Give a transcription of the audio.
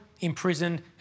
imprisoned